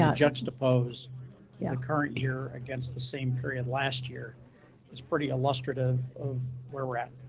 um juxtapose the current year against the same period. last year is pretty illustrative of where we're at.